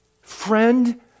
Friend